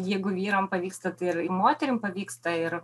jeigu vyram pavyksta tai ir moterim pavyksta ir